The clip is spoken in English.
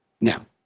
Now